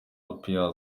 appear